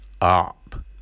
up